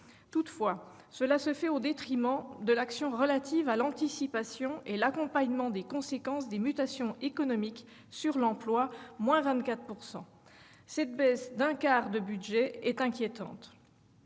Toutefois, cela se fait au détriment de l'action Anticipation et accompagnement des conséquences des mutations économiques sur l'emploi, qui baisse de 24 %. Cette réduction d'un quart de ce budget est inquiétante.